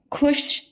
खुश